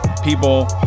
people